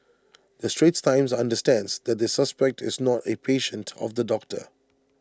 the straits times understands that the suspect is not A patient of the doctor